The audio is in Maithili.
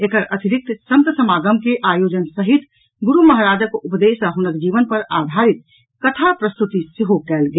एकर अतिरिक्त संत समागम के आयोजन सहित गुरू महाराजक उपदेश आ हुनक जीवन पर आधारित कथा प्रस्तुति सेहो कयल गेल